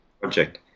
project